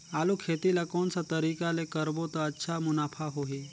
आलू खेती ला कोन सा तरीका ले करबो त अच्छा मुनाफा होही?